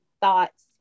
thoughts